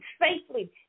safely